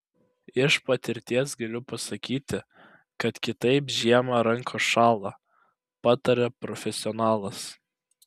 iš patirties galiu pasakyti kad kitaip žiemą rankos šąla pataria profesionalas